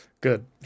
Good